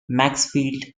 maxfield